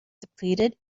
depleted